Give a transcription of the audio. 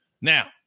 Now